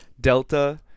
Delta